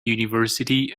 university